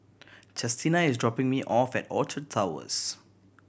Chestina is dropping me off at Orchard Towers